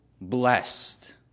blessed